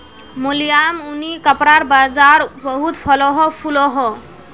मुलायम ऊनि कपड़ार बाज़ार बहुत फलोहो फुलोहो